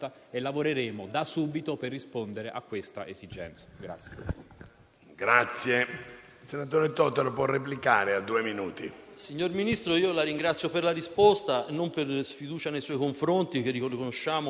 siamo molto preoccupati per quello che può avvenire da qui ai prossimi mesi, perché il problema delle lunghe liste di attesa esiste